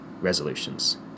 resolutions